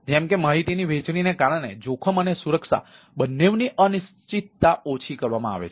જેમ કે માહિતીની વહેંચણીને કારણે જોખમ અને સુરક્ષા બંનેની અનિશ્ચિતતા ઓછી રાખવામાં આવે છે